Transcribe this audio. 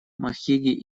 махиги